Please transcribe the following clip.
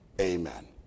Amen